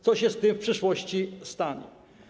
Co się z tym w przyszłości stanie?